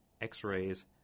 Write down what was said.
x-rays